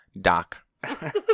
Doc